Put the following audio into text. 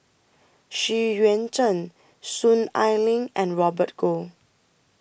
Xu Yuan Zhen Soon Ai Ling and Robert Goh